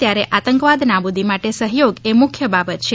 ત્યારે આતંકવાદ નાબુદી માટે સહયોગ એ મુખ્ય બાબત છે